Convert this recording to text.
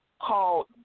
called